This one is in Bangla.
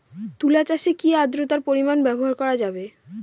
তুলা চাষে কি আদ্রর্তার পরিমাণ ব্যবহার করা যাবে?